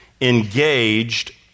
engaged